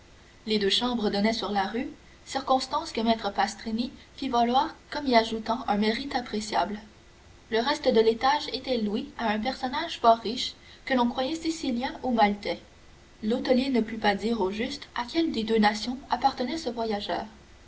les deux chambres donnaient sur la rue circonstance que maître pastrini fit valoir comme y ajoutant un mérite inappréciable le reste de l'étage était loué à un personnage fort riche que l'on croyait sicilien ou maltais l'hôtelier ne put pas dire au juste à laquelle des deux nations appartenait ce voyageur